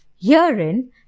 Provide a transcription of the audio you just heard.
Herein